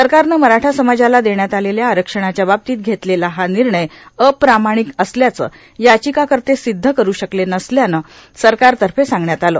सरकारनं मराठा समाजाला देण्यात आलेल्या आरक्षणाच्या बाबतीत घेतलेला हा निर्णय अप्रामाणिक असल्याचं याचिकाकर्ते सिद्ध करू शकले नसल्याचं सरकारतर्फे सांगण्यात आलं